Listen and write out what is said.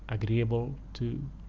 agreeable to